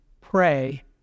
pray